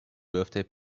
birthday